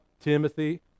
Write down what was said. Timothy